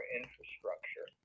infrastructure